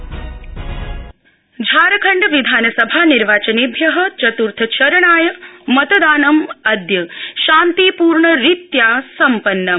झारखण्ड झारखण्डविधानसभा निर्वाचनेभ्य चत्र्थचरणाय मतदानम् अद्य शान्तिपूर्णरीत्या सम्पन्नम्